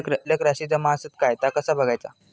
शिल्लक राशी जमा आसत काय ता कसा बगायचा?